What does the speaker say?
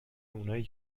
اونایی